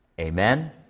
Amen